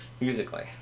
musically